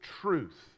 truth